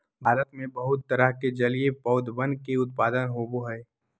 भारत में बहुत तरह के जलीय पौधवन के उत्पादन होबा हई